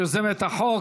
יוזמת החוק,